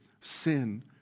sin